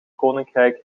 koninkrijk